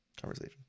Conversation